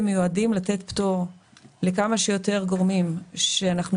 מיועדים לתת פטור לכמה שיותר גורמים שמצד אחד אנחנו